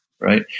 Right